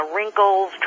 Wrinkles